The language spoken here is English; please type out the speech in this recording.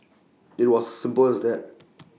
IT was as simple as that